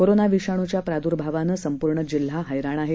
corona विषाणूच्या प्रादूर्भावानं संपूर्ण जिल्हा हैराण आहे